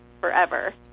forever